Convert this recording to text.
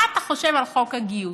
מה אתה חושב על חוק הגיוס?